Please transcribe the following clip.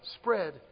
spread